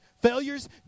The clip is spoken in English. failures